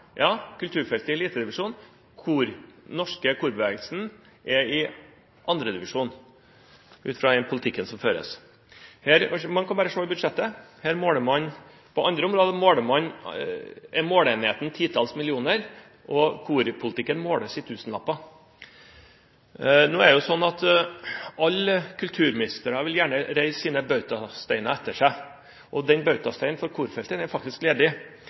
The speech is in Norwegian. Ja, kulturfeltet er i elitedivisjon, men den norske korbevegelsen er i 2. divisjon ut fra den politikken som føres. En kan bare se i budsjettet. På andre områder er måleenheten titalls millioner kroner. Korpolitikken måles i tusenlapper. Nå er det slik at alle kulturministre gjerne vil reise bautasteiner etter seg. Bautasteinen for korlivet er faktisk ledig.